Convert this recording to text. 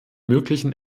möglichen